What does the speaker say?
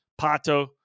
Pato